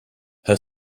her